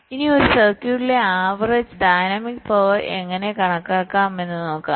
ഇനി ഒരു സർക്യൂട്ടിലെ ആവറേജ് ഡൈനാമിക് പവർ എങ്ങനെ കണക്കാക്കാം എന്ന് നോക്കാം